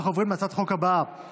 אנחנו עוברים להצעת החוק הבאה,